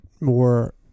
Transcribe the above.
more